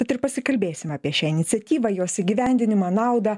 tad ir pasikalbėsime apie šią iniciatyvą jos įgyvendinimą naudą